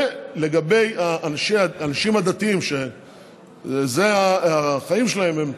ולגבי האנשים הדתיים, שזה החיים שלהם,